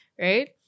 right